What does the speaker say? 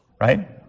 right